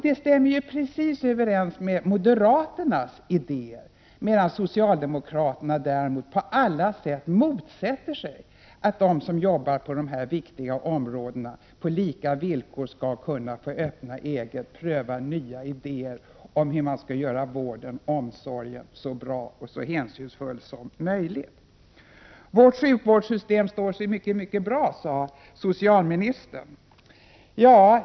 Det stämmer precis överens med moderaternas idéer, medan socialdemokraterna däremot på alla sätt motsätter sig att de som arbetar inom de här viktiga områdena på lika villkor skall kunna få öppna eget, få pröva nya idéer om hur man skall göra vården och omsorgen så bra och hänsynsfull som möjligt. Vårt sjukvårdssystem står sig mycket bra, sade socialministern.